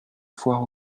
foire